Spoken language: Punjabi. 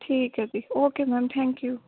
ਠੀਕ ਹੈ ਜੀ ਓਕੇ ਮੈਮ ਥੈਂਕ ਯੂ